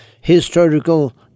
historical